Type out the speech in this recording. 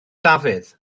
dafydd